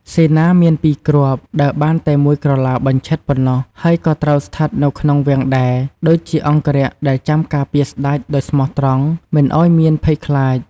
សេនា មានពីរគ្រាប់ ដើរបានតែមួយក្រឡាបញ្ឆិតប៉ុណ្ណោះ ហើយក៏ត្រូវស្ថិតនៅក្នុង វាំង ដែរ ដូចជាអង្គរក្សដែលចាំការពារស្តេចដោយស្មោះត្រង់មិនឱ្យមានភ័យខ្លាច។